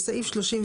"(9ב) בסעיף 31(א),